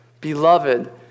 Beloved